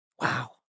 Wow